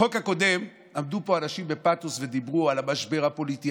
בחוק הקודם עמדו פה אנשים ודיברו בפתוס על המשבר הפוליטי,